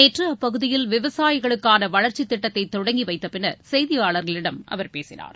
நேற்று அப்பகுதியில் விவசாயிகளுக்கான வளர்ச்சித் திட்டத்தை தொடங்கி வைத்தபின்னர் செய்தியாளர்களிடம் அவர் பேசினார்